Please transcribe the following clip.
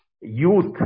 youth